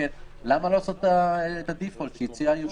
למה לא לעשות את הדיפולט שהציע היושב-ראש?